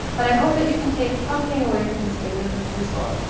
but i hope that you can take something away from this video that's useful.